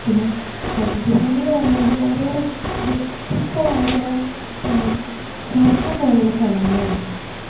പിന്നെ പ്രകൃതിഭംഗി എന്ന് പറയുന്നത് വളരെയേറെ വ്യത്യസ്തമായ കുറേ സ്വർഗം പോലെ ഉള്ള സ്ഥലങ്ങളായിരുന്നു